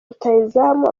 rutahizamu